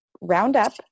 Roundup